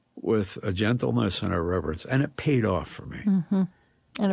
with a gentleness and a reverence and it paid off for me and